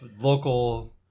local